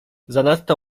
zanadto